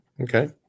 Okay